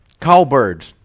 cowbird